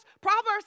Proverbs